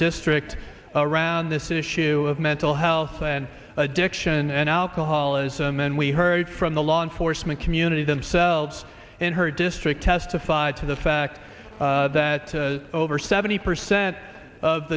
district around this issue of mental health and addiction and alcoholism and we heard from the law enforcement communities themselves in her district testified to the fact that over seventy percent of